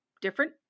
different